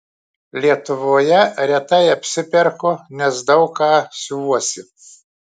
lietuvoje retai apsiperku nes daug ką siuvuosi